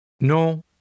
Non